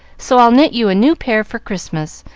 so i'll knit you a new pair for christmas,